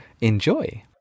enjoy